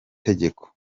tegeko